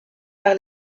par